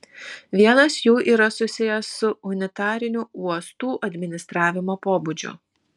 vienas jų yra susijęs su unitariniu uostų administravimo pobūdžiu